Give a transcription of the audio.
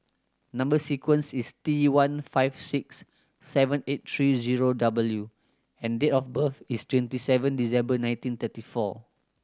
number sequence is T one five six seven eight three zero W and date of birth is twenty seven December nineteen thirty four